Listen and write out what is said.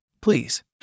please